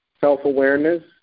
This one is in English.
self-awareness